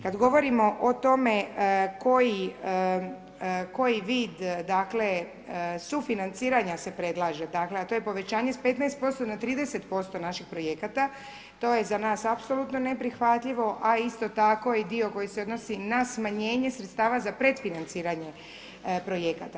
Kad govorimo o tome koji vid dakle sufinanciranja se predlaže, a to je povećanje s 15% na 30% naših projekata, to je za nas apsolutno neprihvatljivo, a isto tako i dio koji se odnosi na smanjenje sredstava za predfinanciranje projekata.